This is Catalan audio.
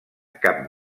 cap